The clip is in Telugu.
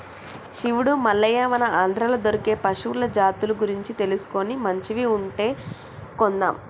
శివుడు మల్లయ్య మన ఆంధ్రాలో దొరికే పశువుల జాతుల గురించి తెలుసుకొని మంచివి ఉంటే కొందాం